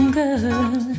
girl